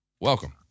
Welcome